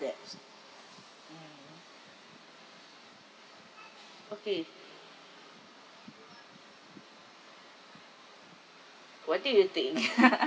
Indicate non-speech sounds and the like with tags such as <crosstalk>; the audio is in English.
debts okay what do you think <laughs>